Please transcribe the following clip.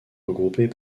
regroupés